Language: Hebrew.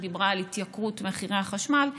שדיברה על התייקרות מחירי החשמל.